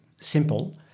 simple